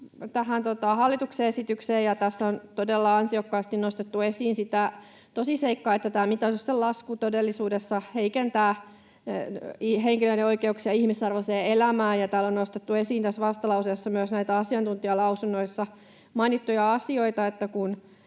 tähän hallituksen esitykseen. Tässä on todella ansiokkaasti nostettu esiin sitä tosiseikkaa, että tämä mitoituksen lasku todellisuudessa heikentää henkilöiden oikeuksia ihmisarvoiseen elämään, ja täällä vastalauseessa on nostettu esiin myös näitä asiantuntijalausunnoissa mainittuja asioita.